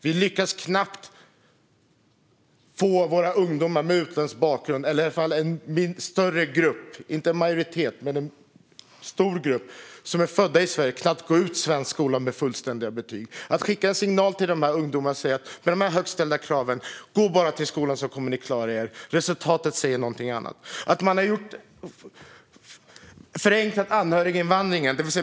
Vi lyckas knappt få våra ungdomar med utländsk bakgrund att gå ut svensk skola med fullständiga betyg. Detta gäller inte en majoritet, men en stor grupp ungdomar som är födda i Sverige. Man skickar en signal till de här ungdomarna och säger - med de högt ställda kraven: Gå bara till skolan, så kommer ni att klara er! Resultatet säger någonting annat. Man har även förenklat anhöriginvandringen.